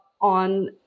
on